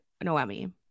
Noemi